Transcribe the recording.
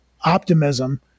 Optimism